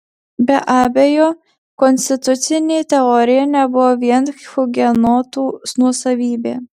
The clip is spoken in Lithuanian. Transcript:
be abejo konstitucinė teorija nebuvo vien hugenotų nuosavybė